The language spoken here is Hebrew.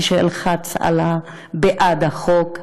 כשאלחץ בעד החוק,